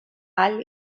ahal